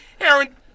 Aaron